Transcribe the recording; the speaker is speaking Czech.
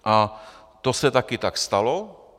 A to se taky tak stalo.